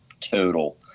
total